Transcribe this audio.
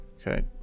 Okay